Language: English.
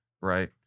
right